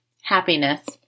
Happiness